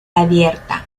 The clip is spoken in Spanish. abierta